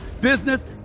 business